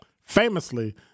famously